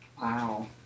Wow